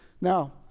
Now